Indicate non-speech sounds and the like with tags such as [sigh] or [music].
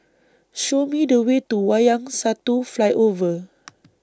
Show Me The Way to Wayang Satu Flyover [noise]